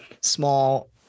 small